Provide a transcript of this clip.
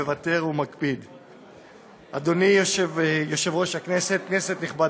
התשע"ח 2017,